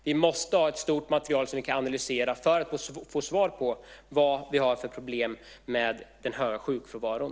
Vi måste ha ett stort material som vi kan analysera för att få svar på vad vi har för problem med den höga sjukfrånvaron.